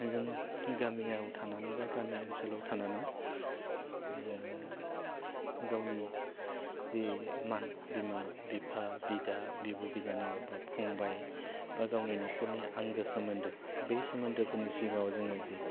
जोङो गामियाव थानानै बा गामि ओनसोलाव थानानै गावनि जि मान बिमा बिफा बिदा बिब' बिनानाव बा फंबाय बा गावनि न'खरनि आंगो सोमोन्दो बे सोमोन्दोफोरनि सिगाङाव जोङो जे